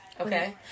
Okay